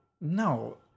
No